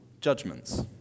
judgments